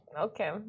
Okay